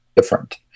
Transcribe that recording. different